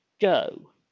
go